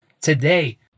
Today